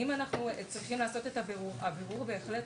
הבירור בהחלט